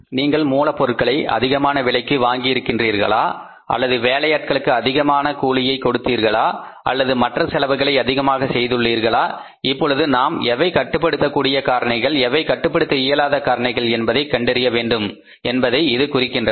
நீங்கள் மூலப்பொருட்களை அதிகமான விலைக்கு வாங்கியிருக்கின்றீர்களா அல்லது வேலையாட்களுக்கு அதிகமான கூலியை கொடுத்தீர்களா அல்லது மற்ற செலவுகளை அதிகமாக செய்துள்ளீர்களா இப்பொழுது நாம் எவை கட்டுப்படுத்தக்கூடிய காரணிகள் எவை கட்டுப்படுத்த இயலாத காரணிகள் என்பதை கண்டறிய வேண்டும் என்பதை இது குறிக்கிறது